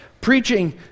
preaching